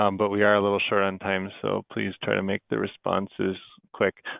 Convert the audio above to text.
um but we are a little short on time, so please try to make the responses quick.